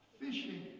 fishing